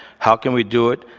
how can we do it?